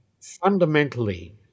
fundamentally